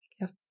Yes